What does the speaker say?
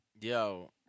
Yo